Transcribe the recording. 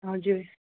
हजुर